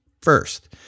First